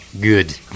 Good